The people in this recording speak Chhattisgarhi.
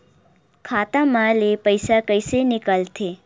खाता मा ले पईसा कइसे निकल थे?